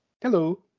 Hello